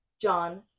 John